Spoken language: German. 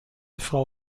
frau